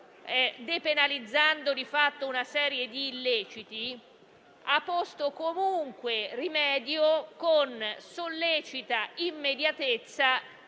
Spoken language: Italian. depenalizzando di fatto una serie di illeciti, ha posto comunque rimedio con sollecita immediatezza